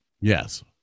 Yes